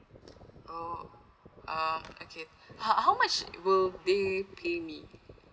oh uh okay how how much will be pay me